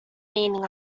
meaning